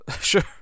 Sure